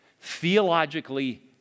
theologically